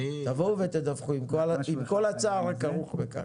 תבואו ותדווחו עם כל הצער הכרוך בכך.